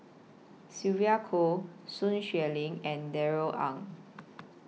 Sylvia Kho Sun Xueling and Darrell Ang